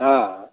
अँ